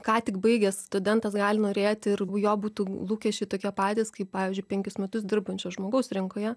ką tik baigęs studentas gali norėti ir jo būtų lūkesčiai tokie patys kaip pavyzdžiui penkis metus dirbančio žmogaus rinkoje